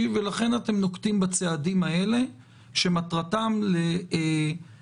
ולכן אתם נוקטים בצעדים האלה שמטרתם לאפשר,